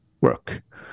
work